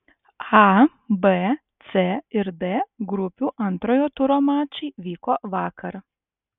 a b c ir d grupių antrojo turo mačai vyko vakar